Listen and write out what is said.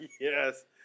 Yes